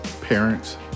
Parents